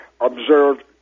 observed